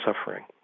suffering